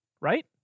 right